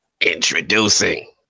Introducing